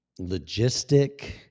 logistic